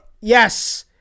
Yes